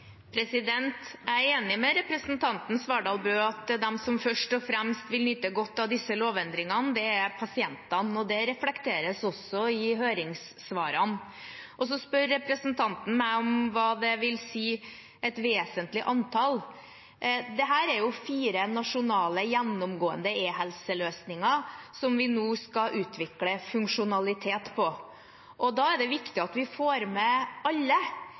Jeg er enig med representanten Svardal Bøe i at de som først og fremst vil nyte godt av disse lovendringene, er pasientene, og det reflekteres også i høringssvarene. Så spør representanten meg om hva «en vesentlig andel» vil si. Det er fire nasjonale, gjennomgående e-helseløsninger som vi nå skal utvikle funksjonalitet på, og da er det viktig at vi får med alle.